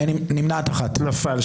הצבעה לא אושרה נפל.